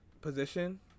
position